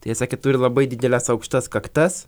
tai jie sakė turi labai dideles aukštas kaktas